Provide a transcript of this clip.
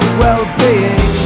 well-being